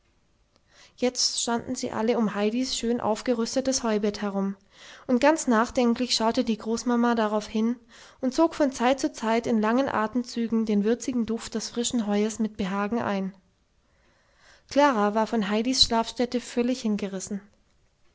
jetzt standen sie alle um heidis schön aufgerüstetes heubett herum und ganz nachdenklich schaute die großmama darauf hin und zog von zeit zu zeit in langen atemzügen den würzigen duft des frischen heues mit behagen ein klara war von heidis schlafstätte völlig hingerissen